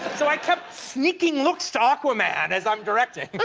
so i kept sneaking looks to aquaman as i'm directing. but